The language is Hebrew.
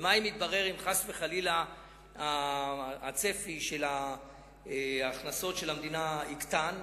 ומה אם יתברר חס וחלילה שהצפי של הכנסות המדינה יקטן?